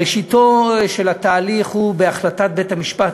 ראשיתו של התהליך הוא בהחלטת בית-המשפט,